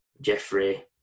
Jeffrey